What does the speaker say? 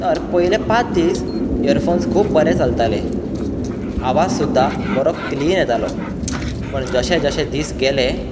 तर पयले पांच दीस इयरफोन्स खूब बरें चलताले आवाज सुद्दां बरो क्लियर येतालो पण जशें जशें दिस गेले